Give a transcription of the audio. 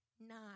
Nine